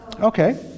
Okay